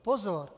Pozor!